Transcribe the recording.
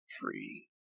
free